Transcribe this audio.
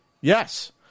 Yes